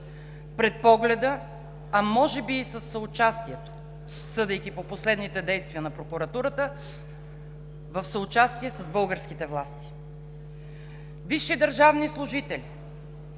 пред погледа, а може би, съдейки по последните действия на прокуратурата, в съучастие с българските власти. Висши държавни служители